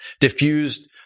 diffused